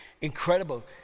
incredible